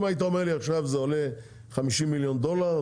אם היית אומר לי עכשיו שזה עולה 50 מיליון דולר,